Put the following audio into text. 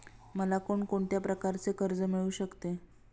मला कोण कोणत्या प्रकारचे कर्ज मिळू शकते?